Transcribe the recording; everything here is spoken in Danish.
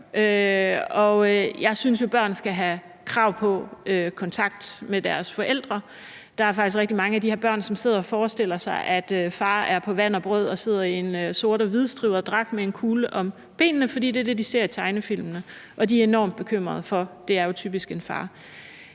Jeg synes jo, at børn skal have krav på kontakt med deres forældre. Der er faktisk rigtig mange af de her børn, som sidder og forestiller sig, at far er på vand og brød og sidder i en sort-hvid-stribet dragt med en kugle om benene, for det er det, de ser i tegnefilmene. De er enormt bekymrede for, hvad der jo typisk er en far.